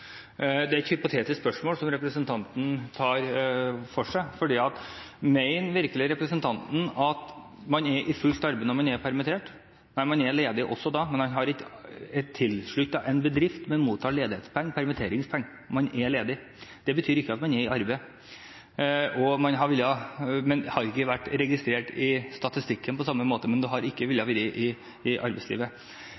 Det er et hypotetisk spørsmål representanten tar for seg. Mener representanten virkelig at man er i fullt arbeid når man er permittert? Nei, man er ledig. Man er tilsluttet en bedrift, men mottar ledighetspenger, permitteringspenger – man er ledig. Det betyr at man ikke er i arbeid. Man har ikke vært registrert i statistikken på samme måte, men man er ikke i arbeidslivet.